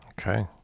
Okay